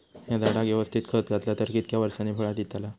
हया झाडाक यवस्तित खत घातला तर कितक्या वरसांनी फळा दीताला?